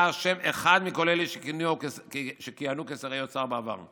אשם אחד מכל אלה שכיהנו כשרי חינך בעבר,